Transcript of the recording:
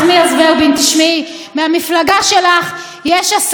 מהמפלגה שלך יש הסתה נגד היועמ"ש.